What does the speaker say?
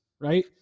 Right